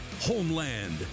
Homeland